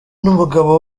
n’umugabo